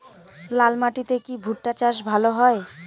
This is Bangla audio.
লাল মাটিতে কি ভুট্টা চাষ ভালো হয়?